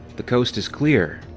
the coast is clear.